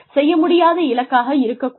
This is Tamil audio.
செய்ய முடியாத இலக்காக இருக்கக் கூடாது